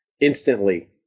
instantly